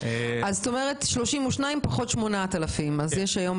זאת אומרת 32,000 פחות 8,000. יש היום